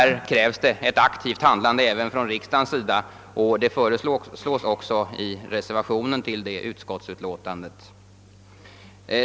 Det krävs emellertid ett aktivt handlande även från riksdagen, och detta föreslås också i reservationen till det nämnda utlåtandet.